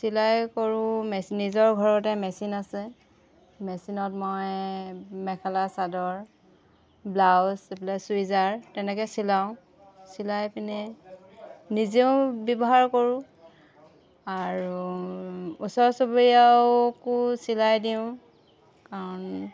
চিলাই কৰোঁ মেচিন নিজৰ ঘৰতে মেচিন আছে মেচিনত মই মেখেলা চাদৰ ব্লাউজ এইবিলাক চুৰিজাৰ তেনেকৈ চিলাওঁ চিলাই পিনে নিজেও ব্যৱহাৰ কৰোঁ আৰু ওচৰ চুবুৰীয়াকো চিলাই দিওঁ কাৰণ